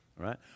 right